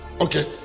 Okay